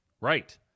Right